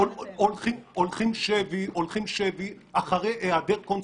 הולכים שבי אחרי היעדר קונספט.